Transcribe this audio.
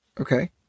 Okay